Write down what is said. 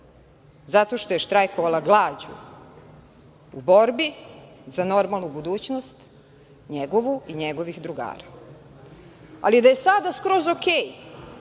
zato što je štrajkovala glađu u borbi za normalnu budućnost njegovu i njegovih drugara, ali da je sada skroz u